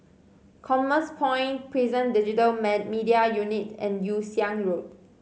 Commerce Point Prison Digital Media Unit and Yew Siang Road